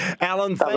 Alan